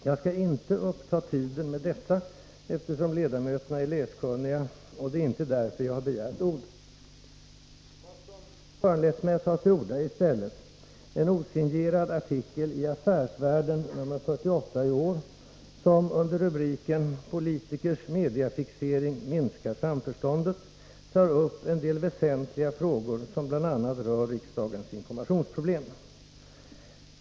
Jag skall inte uppta tiden med dessa, eftersom ledamöterna är läskunniga, och det är inte därför jag har begärt ordet. Vad som föranlett mig att ta till orda är i stället en osignerad artikel i Affärsvärlden nr 48 för i år, som under rubriken Politikers mediafixering minskar samförståndet tar upp en del väsentliga frågor som rör bl.a. riksdagens informationsproblem.